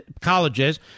colleges